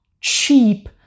cheap